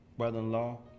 brother-in-law